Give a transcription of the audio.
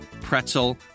pretzel